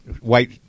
white